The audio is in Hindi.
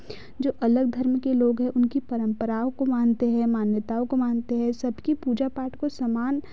जो अलग धर्म के लोग हैं उनकी परम्परा को मानते हैं मान्यताओं को मानते हैं सबकी पूजा पाठ को समान